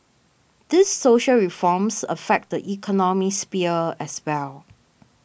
these social reforms affect the economic sphere as well